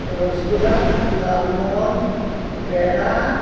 ৰসগোল্লা লালমোহন পেৰা